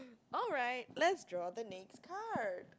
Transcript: alright let's draw the next card